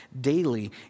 daily